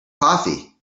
coffee